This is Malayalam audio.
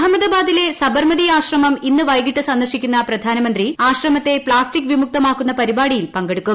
അഹമ്മദാബാദിലെ സബർമതി ആശ്രമം ഇന്ന് വൈകിട്ട് സന്ദർശിക്കുന്ന പ്രധാനമന്ത്രി ആശ്രമത്തെ പ്ലാസ്റ്റിക് വിമുക്തമാക്കുന്ന പരിപാടിയിൽ പങ്കെടുക്കും